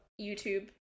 youtube